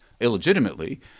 illegitimately